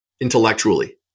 intellectually